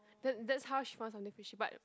that that's how she found something she but